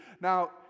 Now